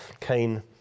Cain